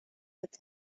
with